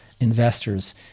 investors